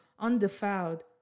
undefiled